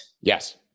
Yes